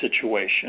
situation